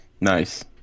Nice